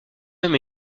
même